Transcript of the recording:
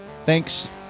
Thanks